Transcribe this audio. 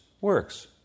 works